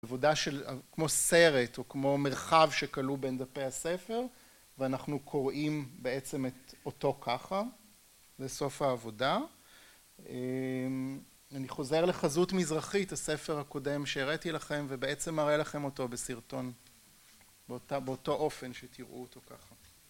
עבודה של, כמו סרט או כמו מרחב שכלוא בין דפי הספר ואנחנו קוראים בעצם את אותו ככה לסוף העבודה אני חוזר לחזות מזרחית, הספר הקודם שהראיתי לכם ובעצם אראה לכם אותו בסרטון באותו אופן שתראו אותו ככה